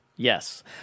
Yes